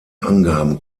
angaben